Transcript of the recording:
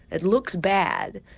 it looks bad.